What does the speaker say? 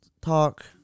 talk